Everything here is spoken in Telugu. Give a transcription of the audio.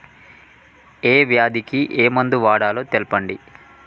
ఏ వ్యాధి కి ఏ మందు వాడాలో తెల్పండి?